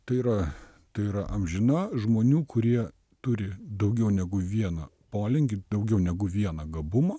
tai yra tai yra amžina žmonių kurie turi daugiau negu vieną polinkį daugiau negu vieną gabumą